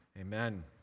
Amen